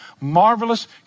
marvelous